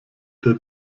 der